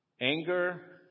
Anger